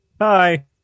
Hi